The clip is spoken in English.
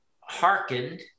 hearkened